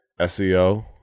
SEO